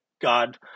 God